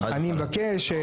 אני מבקש.